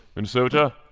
minnesota?